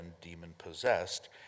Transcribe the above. demon-possessed